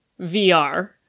VR